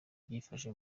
byifashe